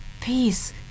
peace